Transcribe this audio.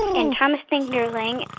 and thomas fingerling